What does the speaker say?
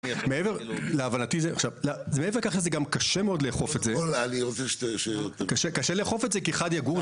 מעבר לכך זה גם קשה מאוד לאכוף את זה כי אחד יגור,